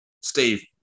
Steve